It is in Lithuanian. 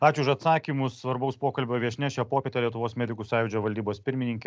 ačiū už atsakymus svarbaus pokalbio viešnia šią popietę lietuvos medikų sąjūdžio valdybos pirmininkė